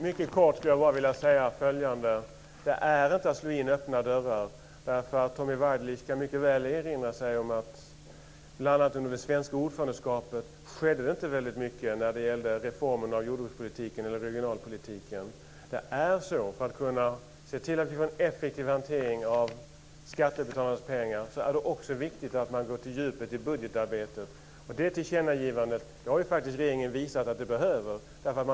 Fru talman! Mycket kort vill jag säga följande: Det är inte att slå in öppna dörrar. Tommy Waidelich kan mycket väl erinra sig att det bl.a. under det svenska ordförandeskapet inte skedde så mycket när det gäller reformeringen av jordbrukspolitiken och regionalpolitiken. För kunna att se till att vi får en effektiv hantering av skattebetalarnas pengar är det viktigt att man går på djupet i budgetarbetet. Regeringen har ju faktiskt visat att den behöver det tillkännagivandet.